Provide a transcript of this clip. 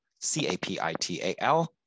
C-A-P-I-T-A-L